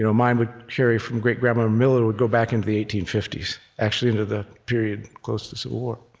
you know mine would carry from great-grandma miller, would go back into the eighteen fifty s actually, into the period close to the civil war.